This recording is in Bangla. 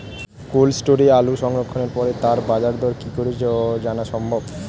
কোল্ড স্টোরে আলু সংরক্ষণের পরে তার বাজারদর কি করে জানা সম্ভব?